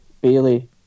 Bailey